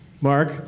Mark